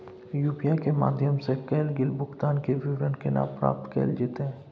UPI के माध्यम सं कैल गेल भुगतान, के विवरण केना प्राप्त कैल जेतै?